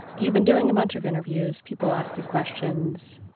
you've been doing a bunch of interviews. people ask you questions.